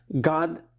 God